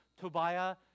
Tobiah